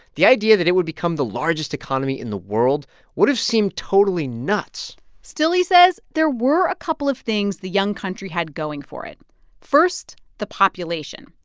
the idea that it would become the largest economy in the world would have seemed totally nuts still, he says, there were a couple of things the young country had going for it first, the population.